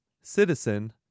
Citizen